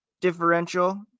differential